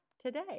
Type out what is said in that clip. today